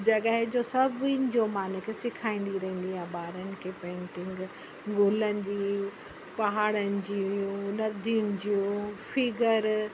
जॻह जो सभिनि जो मां इन खे सेखारींदी रहंदी आहियां ॿारनि खे पेंटिंग गुलनि जी पहाड़नि जूं नदियुनि जूं फिगर